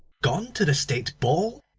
gone to the state ball?